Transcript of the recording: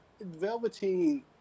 Velveteen